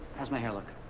how's my hair look?